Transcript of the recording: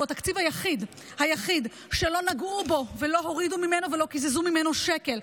הוא התקציב היחיד שלא נגעו בו ולא הורידו ממנו ולא קיזזו ממנו שקל.